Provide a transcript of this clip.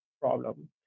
problem